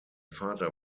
vater